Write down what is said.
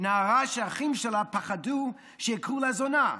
נערה שהאחים שלה פחדו שיקראו לה זונה,